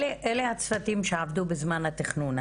אלה הצוותים שעבדו בזמן התכנון,